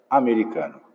americano